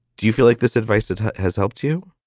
do you feel like this advice that has helped you?